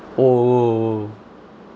oh !whoa! !whoa!